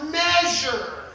measure